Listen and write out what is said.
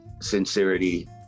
sincerity